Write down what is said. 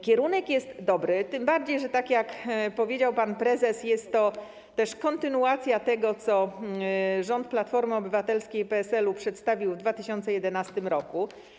Kierunek jest dobry, tym bardziej że tak jak powiedział pan prezes, jest to też kontynuacja tego, co rząd Platformy Obywatelskiej i PSL-u przedstawił w 2011 r.